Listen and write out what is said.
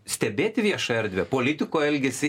stebėti viešą erdvę politikų elgesį